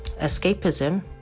escapism